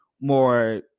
more